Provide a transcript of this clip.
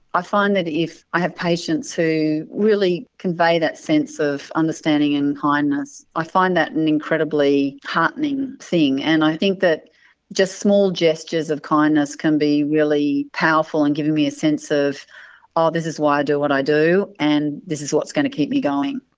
i find that if i have patients who really convey that sense of understanding and kindness, i find that an incredibly heartening thing. and i think that just small gestures of kindness can be really powerful in and giving me a sense of ah this is why i do what i do and this is what's going to keep me going.